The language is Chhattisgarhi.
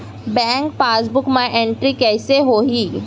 बैंक पासबुक मा एंटरी कइसे होही?